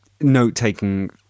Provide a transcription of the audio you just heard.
note-taking